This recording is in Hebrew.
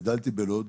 גדלתי בלוד.